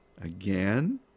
Again